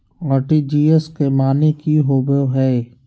RTGS के माने की होबो है?